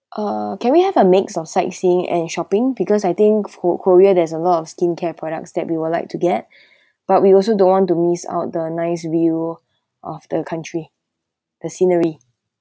uh can we have a mix of sightseeing and shopping because I think ko~ korea there's a lot of skincare products that we would like to get but we also don't want to miss out the nice view of the country the scenery